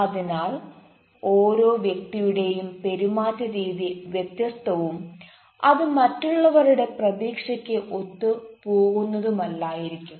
അതിനാൽ ഓരോ വ്യക്തിയുടെയും പെരുമാറ്റരീതി വ്യത്യസ്തവും അത് മറ്റുള്ളവരുടെ പ്രതീക്ഷക്ക് ഒത്തു പോകുന്നതുമല്ലായിരിക്കും